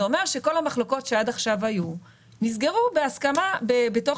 זה אומר שכל המחלוקות שעד עכשיו היו נסגרו בהסכמה בתוך